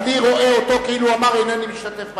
אני רואה אותו כאילו אמר "אינני משתתף בהצבעה".